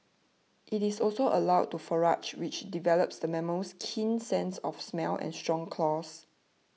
it is also allowed to forage which develops the mammal's keen sense of smell and strong claws